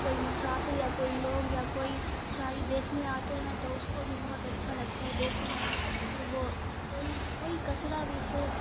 کوئی مسافر یا کوئی لوگ یا کوئی شائی دیکھنے آتے ہیں تو اس کو بھی بہت اچھا لگتا ہے دیکھنے میں پھر وہ کوئی کوئی کچرا بھی پھینک